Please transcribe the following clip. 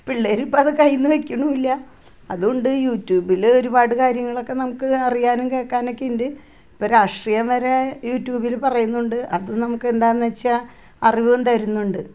പിള്ളേര് ഇപ്പോൾ അത് കയ്യിൽ നിന്ന് വെക്കുന്നില്ല അതുകൊണ്ടു യൂട്യൂബില് ഒരുപാട് കാര്യങ്ങളൊക്കെ നമുക്ക് അറിയാനും കേൾക്കാനുമൊക്കെ ഉണ്ട് ഇപ്പോൾ രാഷ്ട്രിയം വരെ യൂട്യൂബിൽ പറയുന്നുണ്ട് അത് നമുക്ക് എന്താന്ന് വച്ച അറിവും തരുന്നുണ്ട്